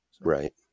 right